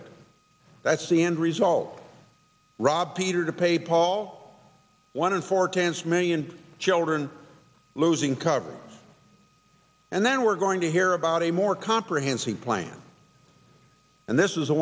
the that's the end result rob peter to pay paul one in four chance million children losing coverage and then we're going to hear about a more comprehensive plan and this is the